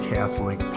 Catholic